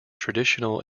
traditional